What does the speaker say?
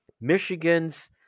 Michigan's